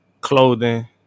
clothing